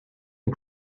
and